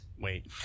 Wait